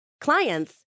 clients